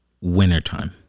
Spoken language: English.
Wintertime